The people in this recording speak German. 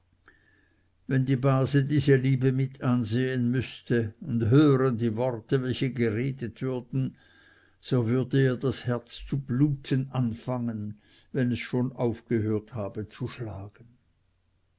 wenn die base diese liebe mitansehen müßte und hören die worte welche geredet würden so würde ihr das herz zu bluten anfangen wenn es schon aufgehört habe zu schlagen